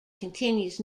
continues